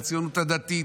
מהציונות הדתית,